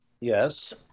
yes